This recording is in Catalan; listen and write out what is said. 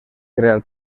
crear